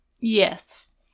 Yes